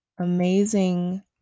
amazing